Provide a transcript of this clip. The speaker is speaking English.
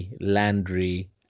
Landry